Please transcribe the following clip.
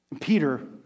Peter